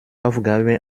aufgabe